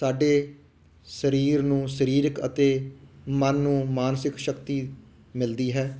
ਸਾਡੇ ਸਰੀਰ ਨੂੰ ਸਰੀਰਕ ਅਤੇ ਮਨ ਨੂੰ ਮਾਨਸਿਕ ਸ਼ਕਤੀ ਮਿਲਦੀ ਹੈ